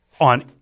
on